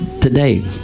today